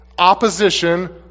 Opposition